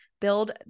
build